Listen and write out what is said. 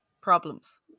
problems